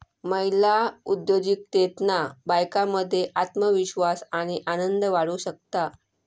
महिला उद्योजिकतेतना बायकांमध्ये आत्मविश्वास आणि आनंद वाढू शकता